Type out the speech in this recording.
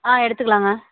ஆ எடுத்துக்கலாங்க